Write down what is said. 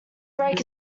break